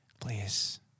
please